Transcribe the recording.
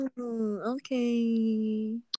Okay